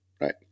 right